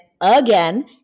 again